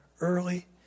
early